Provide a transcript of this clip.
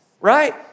right